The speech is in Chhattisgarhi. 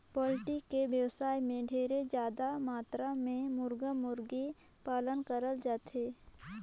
पोल्टी के बेवसाय में ढेरे जादा मातरा में मुरगा, मुरगी पालन करल जाथे